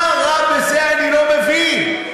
מה רע בזה, אני לא מבין.